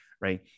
Right